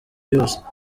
yose